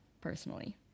personally